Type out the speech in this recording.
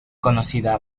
conocida